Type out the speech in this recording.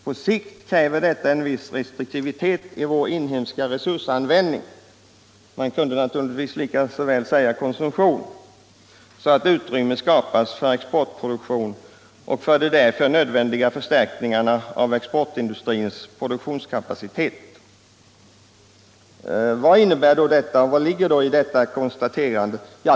På sikt kräver detta en viss restriktivitet i vår inhemska resursanvändning” — man kunde naturligtvis lika väl ha sagt konsumtion — ”så att utrymme skapas för exportproduktion och för de därför nödvändiga förstärkningarna av exportindustrins produktionskapacitet.” Vad innebär då detta konstaterande?